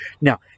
Now